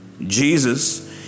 Jesus